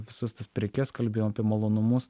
visas tas prekes kalbėjom apie malonumus